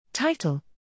Title